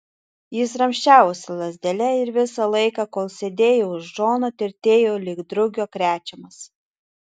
jis ramsčiavosi lazdele ir visą laiką kol sėdėjo už džono tirtėjo lyg drugio krečiamas